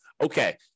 okay